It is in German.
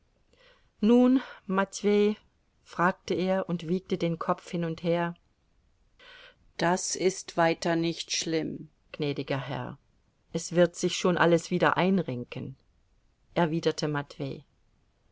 nun matwei fragte er und wiegte den kopf hin und her das ist weiter nicht schlimm gnädiger herr es wird sich schon alles wieder einrenken erwiderte matwei